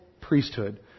priesthood